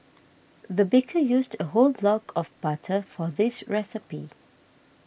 the baker used a whole block of butter for this recipe